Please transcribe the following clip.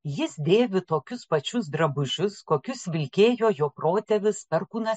jis dėvi tokius pačius drabužius kokius vilkėjo jo protėvis perkūnas